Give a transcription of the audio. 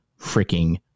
freaking